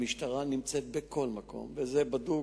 המשטרה נמצאת בכל מקום, זה בדוק.